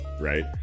right